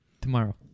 tomorrow